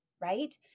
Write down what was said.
right